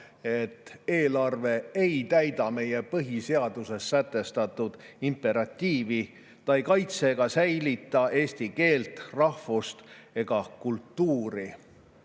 et eelarve ei täida meie põhiseaduses sätestatud imperatiivi – ta ei kaitse ega säilita eesti keelt, rahvust ja kultuuri.